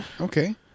Okay